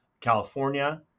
California